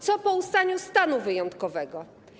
Co po ustaniu stanu wyjątkowego?